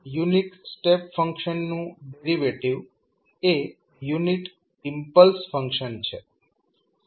હવે unit step ફંક્શનનું derivative એ યુનિટ ઇમ્પલ્સ ફંક્શન છે